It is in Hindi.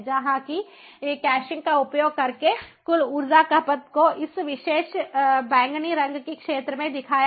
जहांकि कैशिंग का उपयोग करके कुल ऊर्जा खपत को इस विशेष बैंगनी रंग की क्षेत्र में दिखाया गया है